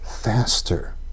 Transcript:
faster